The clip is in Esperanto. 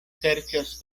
serĉas